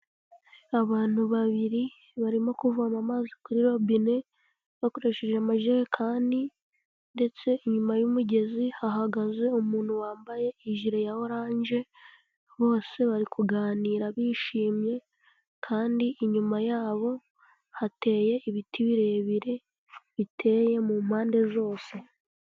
Abantu babiri barimo kuvoma amazi kuri robine bakoresheje amajerekani, ndetse inyuma y'umugezi hahagaze umuntu wambaye ijire ya oranje, bose bari kuganira bishimye, kandi inyuma yabo hateye ibiti birebire biteye mu mpande zose.